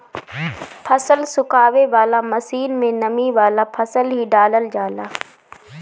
फसल सुखावे वाला मशीन में नमी वाला फसल ही डालल जाला